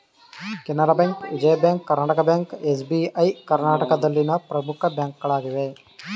Canara bank, Vijaya bank, Karnataka bank, SBI ಕರ್ನಾಟಕದಲ್ಲಿನ ಪ್ರಮುಖ ಬ್ಯಾಂಕ್ಗಳಾಗಿವೆ